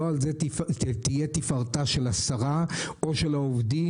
לא על זה תהיה תפארתה של השרה או של העובדים